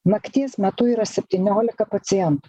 nakties metu yra septyniolika pacientų